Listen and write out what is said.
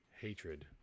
hatred